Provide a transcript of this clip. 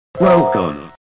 Welcome